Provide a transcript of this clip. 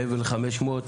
מעבר ל-500 ₪,